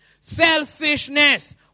Selfishness